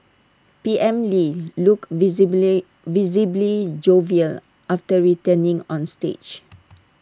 P M lee looked visibly visibly jovial after returning on stage